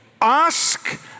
Ask